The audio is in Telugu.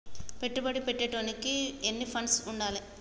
పెట్టుబడి పెట్టేటోనికి ఎన్ని ఫండ్స్ ఉండాలే?